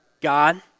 God